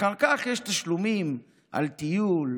אחר כך יש תשלומים על טיול,